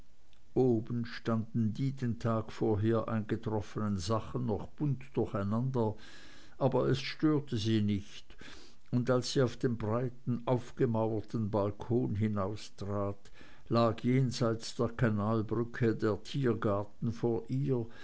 oben standen die den tag vorher eingetroffenen sachen noch bunt durcheinander aber es störte sie nicht und als sie auf den breiten aufgemauerten balkon hinaustrat lag jenseits der kanalbrücke der tiergarten vor ihr